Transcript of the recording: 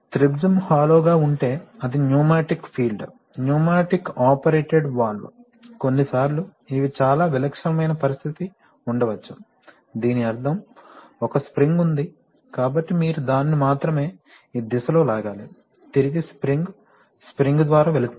త్రిభుజం హాలో గా ఉంటే అది pneumatic field pneumatic operated valve కొన్నిసార్లు ఇవి చాలా విలక్షణమైన పరిస్థితి ఉండవచ్చు దీని అర్థం ఒక స్ప్రింగ్ ఉంది కాబట్టి మీరు దానిని మాత్రమే ఈ దిశలో లాగాలి తిరిగి స్ప్రింగ్ ద్వారా వెళుతుంది